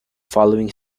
following